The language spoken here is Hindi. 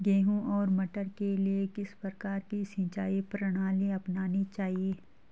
गेहूँ और मटर के लिए किस प्रकार की सिंचाई प्रणाली अपनानी चाहिये?